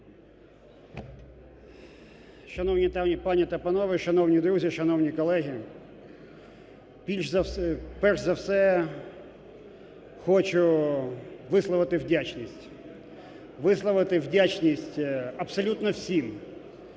Шановні пані та панове, шановні друзі, шановні колеги! Перш за все хочу висловити вдячність, висловити вдячність абсолютно всім,